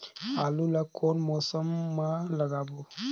आलू ला कोन मौसम मा लगाबो?